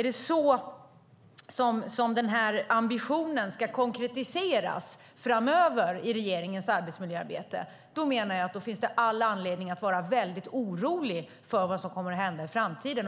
är så den här ambitionen ska konkretiseras framöver i regeringens arbetsmiljöarbete menar jag att det finns all anledning att vara väldigt orolig för vad som kommer att hända i framtiden.